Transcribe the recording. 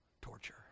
torture